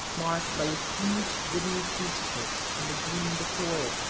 marked by a huge wooden crucifix on the green before it,